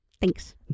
Thanks